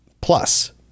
plus